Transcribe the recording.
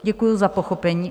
Děkuji za pochopení.